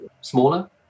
smaller